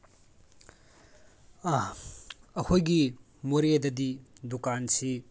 ꯑꯩꯈꯣꯏꯒꯤ ꯃꯣꯔꯦꯗꯗꯤ ꯗꯨꯀꯥꯟꯁꯤ